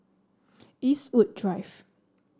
Eastwood Drive